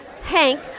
hank